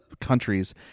countries